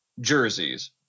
jerseys